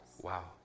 Wow